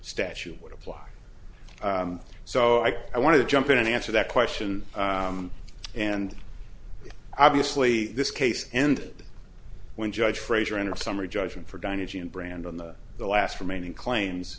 statute would apply so i i want to jump in and answer that question and obviously this case ended when judge frazier in a summary judgment for dynasty and brand on the the last remaining claims